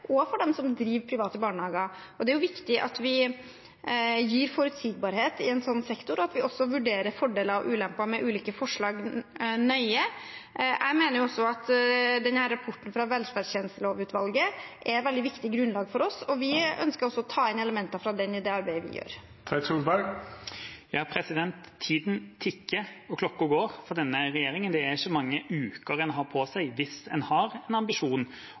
og for dem som driver private barnehager. Det er viktig at vi gir forutsigbarhet i en sånn sektor, og at vi vurderer fordeler og ulemper med ulike forslag nøye. Jeg mener også at rapporten fra velferdstjenesteutvalget er et veldig viktig grunnlag for oss, og vi ønsker å ta inn elementer fra den i det arbeidet vi gjør. Tida går, og klokka tikker for denne regjeringa. Det er ikke mange uker en har på seg hvis en har en ambisjon